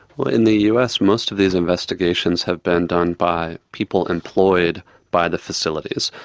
in the us most of these investigations have been done by people employed by the facilities.